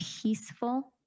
peaceful